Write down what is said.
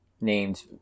named